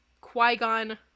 qui-gon